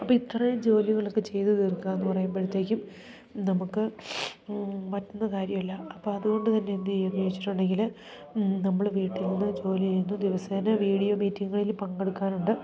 അപ്പോൾ ഇത്രയും ജോലികളൊക്കെ ചെയ്തു തീർക്കുകയെന്ന് പറയുമ്പോഴത്തേക്കും നമുക്ക് പറ്റുന്ന കാര്യമല്ല അപ്പോൾ അതുകൊണ്ടുതന്നെ എന്തു ചെയ്യുമെന്ന് ചോദിച്ചിട്ടുണ്ടെങ്കിൽ നമ്മൾ വീട്ടിൽ നിന്ന് ജോലി ചെയ്യുന്നു ദിവസേന വീഡിയോ മീറ്റിംഗുകളിൽ പങ്കെടുക്കാനുണ്ട്